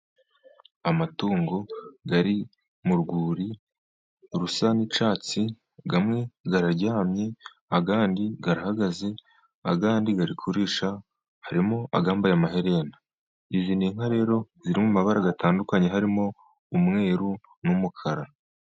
Amatungo ari mu rwuri rusa n'icyatsi, amwe araryamye, andi arahagaze, ayandi ari kurisha, harimo ayambaye amaherena. Iyi n'inka rero ziri mu mabarabara atandukanye harimo umweru n'umukara.